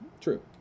true